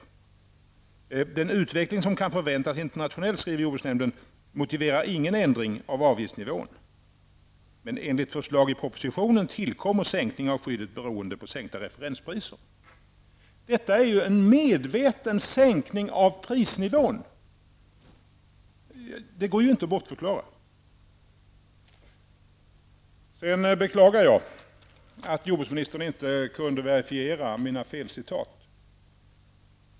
Jordbruksnämnden skriver att den utveckling som kan förväntas internationellt inte motiverar några ändringar av avgiftsnivån. Men enligt förslag i propositionen tillkommer sänkning av skyddet bereoende på sänkta referenspriser. Detta är ju en medveten sänkning av prisnivån. Det går inte att bortförklara. Sedan beklagar jag att jordbruksministern inte kunde verifiera mina felcitat.